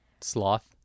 sloth